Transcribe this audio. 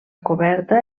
coberta